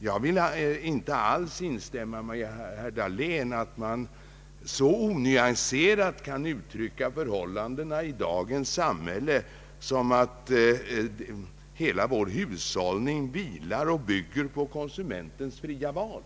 Jag vill inte alls instämma med herr Dahlén om att man kan uttrycka sig så onyanserat om förhållandena i dagens samhälle som att hela vår hushållning bygger på konsumentens fria val.